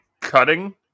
cutting